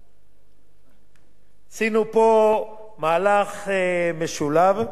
פה מהלך משולב מלבד הגדלת שיעורי הפטור,